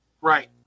Right